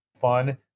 fun